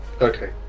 Okay